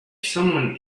someone